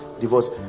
Divorce